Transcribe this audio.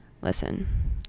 listen